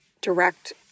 direct